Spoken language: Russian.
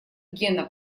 гена